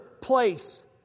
place